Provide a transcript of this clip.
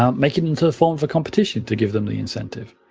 um make it into a form of competition to give them the incentive.